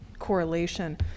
correlation